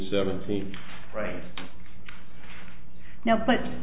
seventeen right now but